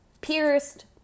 pierced